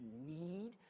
need